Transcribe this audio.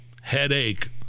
headache